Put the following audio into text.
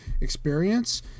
experience